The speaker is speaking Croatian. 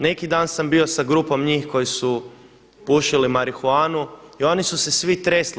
Neki dan sam bio sa grupom njih koji su pušili marihuanu i oni su se svi tresli.